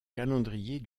calendrier